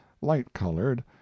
light-colored